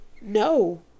No